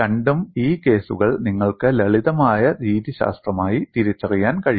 രണ്ടും ഈ കേസുകൾ നിങ്ങൾക്ക് ലളിതമായ രീതിശാസ്ത്രമായി തിരിച്ചറിയാൻ കഴിയും